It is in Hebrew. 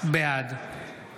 בעד